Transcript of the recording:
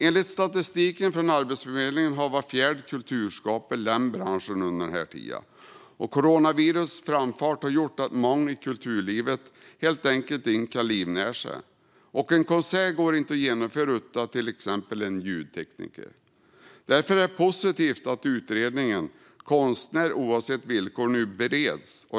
Enligt statistik från Arbetsförmedlingen har var fjärde kulturskapare lämnat branschen under den här tiden. Coronavirusets framfart har gjort att många i kulturlivet helt enkelt inte kan livnära sig. En konsert går inte att genomföra utan till exempel en ljudtekniker. Därför är det positivt att utredningen Konstnär - oavsett villkor ? nu bereds.